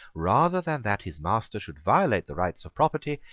rather than that his master should violate the rights of property,